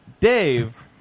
Dave